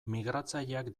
migratzaileak